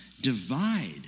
divide